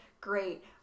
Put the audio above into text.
great